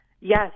Yes